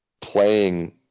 playing